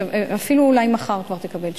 אולי אפילו מחר כבר תקבל תשובה.